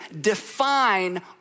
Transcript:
define